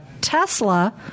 Tesla